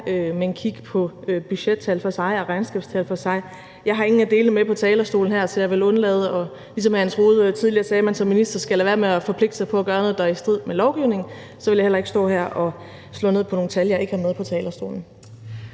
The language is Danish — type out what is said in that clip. men kigge på budgettal for sig og regnskabstal for sig. Jeg har ingen af delene med på talerstolen her, så ligesom hr. Jens Rohde jo tidligere sagde, at man som minister skal lade være med forpligte sig på at gøre noget, der er i strid med lovgivningen, vil jeg heller ikke stå her og slå ned på nogle tal, jeg ikke har med på talerstolen.